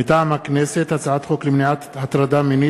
מטעם הכנסת: הצעת חוק למניעת הטרדה מינית